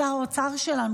שר האוצר שלנו,